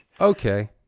Okay